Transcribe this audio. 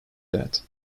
that